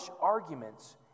arguments